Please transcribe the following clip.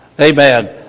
Amen